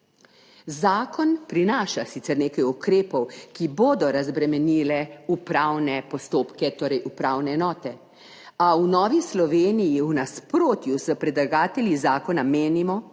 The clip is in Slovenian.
Zakon prinaša sicer nekaj ukrepov, ki bodo razbremenili upravne postopke, torej upravne enote, a v Novi Sloveniji v nasprotju s predlagatelji zakona menimo,